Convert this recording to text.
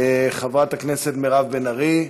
חברת הכנסת מירב בן ארי,